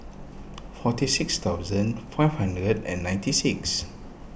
forty six thousand five hundred and ninety six